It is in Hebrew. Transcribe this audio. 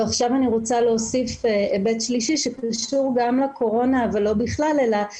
עכשיו אני רוצה להוסיף היבט שלישי שקשור גם לקורונה וגם לאתגרים